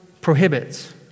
prohibits